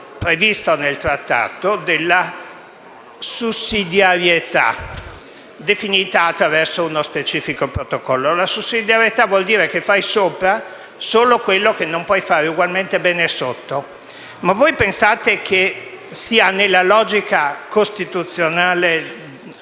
previsto nel Trattato della sussidiarietà, definita attraverso uno specifico protocollo. La sussidiarietà vuol dire che fai sopra solo quello che non puoi fare ugualmente bene sotto. Ma voi pensate che sia nella logica costituzionale